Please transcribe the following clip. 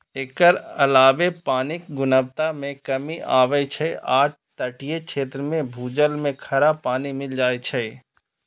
एकर अलावे पानिक गुणवत्ता मे कमी आबै छै आ तटीय क्षेत्र मे भूजल मे खारा पानि मिल जाए छै